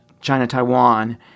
China-Taiwan